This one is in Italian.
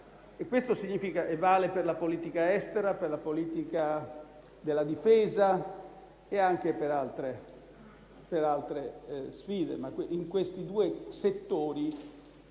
Ciò vale per la politica estera, per la politica della difesa e anche per altre sfide.